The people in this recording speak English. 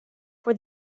for